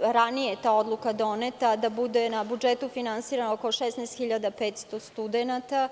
ranije je ta odluka doneta, da na budžetu bude finansirano oko 16.500 studenata.